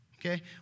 Okay